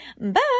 Bye